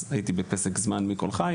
אז הייתי בפסק זמן מקול חי,